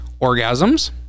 orgasms